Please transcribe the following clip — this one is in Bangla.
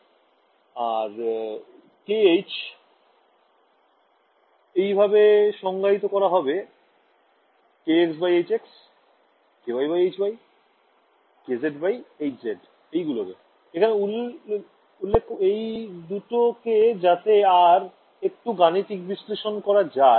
→ আর kh একইভাবে সংজ্ঞায়িত করা হবে kxhx ky hy kz hz এইগুলোকে এখানে উল্লেখ এই দুটোকে যাতে আর একটু গাণিতিক বিশ্লেষণ করা যায়